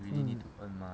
we didn't need